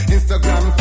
Instagram